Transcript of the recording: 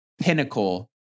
pinnacle